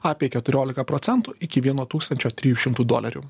apie keturiolika procentų iki vieno tūkstančio trijų šimtų dolerių